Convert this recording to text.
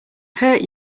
hurt